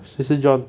谁是 john